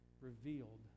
revealed